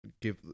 give